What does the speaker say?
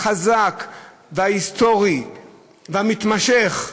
החזק וההיסטורי והמתמשך,